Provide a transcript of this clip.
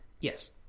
Yes